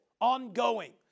ongoing